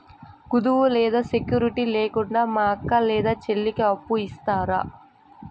కుదువ లేదా సెక్యూరిటి లేకుండా మా అక్క లేదా చెల్లికి అప్పు ఇస్తారా?